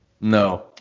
no